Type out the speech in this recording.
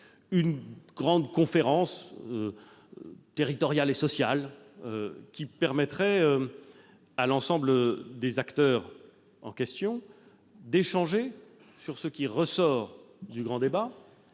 une grande conférence territoriale et sociale qui permettrait à l'ensemble des acteurs d'échanger sur ce qui ressort du grand débat